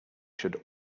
should